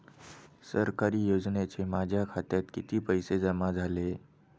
सरकारी योजनेचे माझ्या खात्यात किती पैसे जमा झाले?